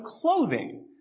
clothing